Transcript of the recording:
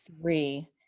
three